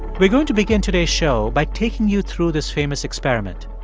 we're going to begin today's show by taking you through this famous experiment.